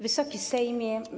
Wysoki Sejmie!